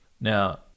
now